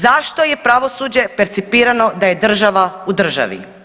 Zašto je pravosuđe percipirano da je država u državi?